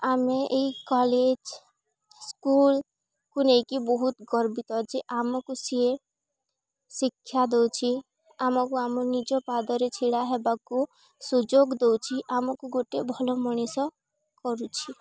ଆମେ ଏଇ କଲେଜ୍ ସ୍କୁଲ୍କୁ ନେଇକି ବହୁତ ଗର୍ବିତ ଯେ ଆମକୁ ସିଏ ଶିକ୍ଷା ଦଉଛି ଆମକୁ ଆମ ନିଜ ପାଦରେ ଛିଡ଼ା ହେବାକୁ ସୁଯୋଗ ଦଉଛି ଆମକୁ ଗୋଟେ ଭଲ ମଣିଷ କରୁଛି